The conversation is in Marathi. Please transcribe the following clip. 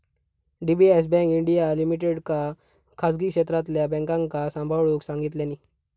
डी.बी.एस बँक इंडीया लिमिटेडका खासगी क्षेत्रातल्या बॅन्कांका सांभाळूक सांगितल्यानी